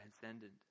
transcendent